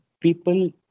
people